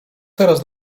teraz